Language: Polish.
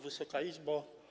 Wysoka Izbo!